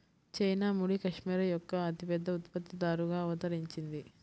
China ముడి cashmere యొక్క అతిపెద్ద ఉత్పత్తిదారుగా అవతరించింది